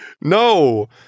No